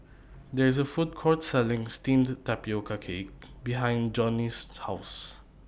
There IS A Food Court Selling Steamed Tapioca Cake behind Jonnie's House